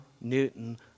Newton